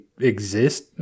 exist